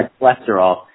cholesterol